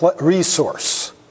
resource